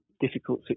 difficult